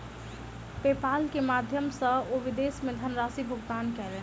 PayPal के माध्यम सॅ ओ विदेश मे धनराशि भुगतान कयलैन